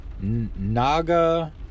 Naga